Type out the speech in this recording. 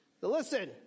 Listen